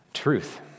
truth